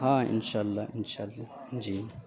ہاں ان شاء اللہ ان شاء اللہ جی